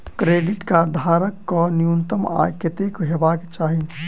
Credit card धारक कऽ न्यूनतम आय कत्तेक हेबाक चाहि?